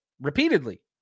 repeatedly